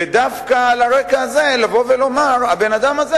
ודווקא על הרקע הזה לומר שהבן-אדם הזה